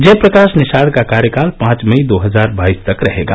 जय प्रकाश निषाद का कार्यकाल पांच मई दो हजार बाईस तक रहेगा